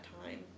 time